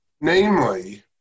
namely